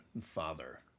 father